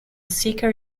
seeker